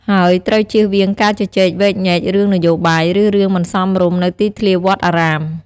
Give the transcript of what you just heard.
ហើយត្រូវជៀសវាងការជជែកវែកញែករឿងនយោបាយ ឬរឿងមិនសមរម្យនៅទីធ្លាវត្តអារាម។